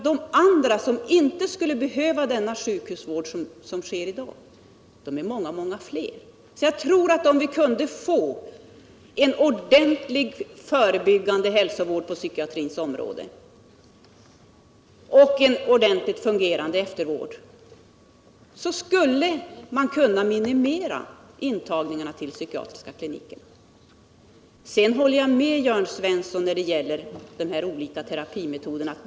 De andra, som inte skulle behöva den sjukhusvård som ges i dag, är många, många fler. Mot den bakgrunden tror jag att om vi kunde få en ordentlig förebyggande hälsovård på psykiatrins område och en ordentligt fungerande eftervård, så skulle man kunna minimera intagningen till psykiatriska kliniker. Sedan håller jag med Jörn Svensson när det gäller de här olika terapimetoderna.